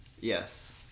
yes